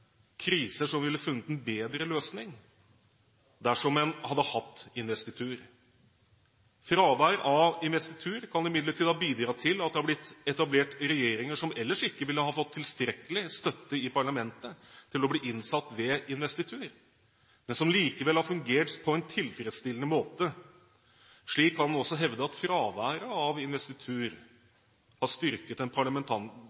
kriser der en ville funnet en bedre løsning dersom en hadde hatt investitur. Fravær av investitur kan imidlertid ha bidratt til at det har blitt etablert regjeringer som ellers ikke ville fått tilstrekkelig støtte i parlamentet til å bli innsatt ved investitur, men som likevel har fungert på en tilfredsstillende måte. Slik kan en også hevde at fraværet av